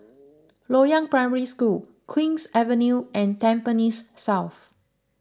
Loyang Primary School Queen's Avenue and Tampines South